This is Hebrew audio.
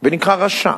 ונקרא רשע,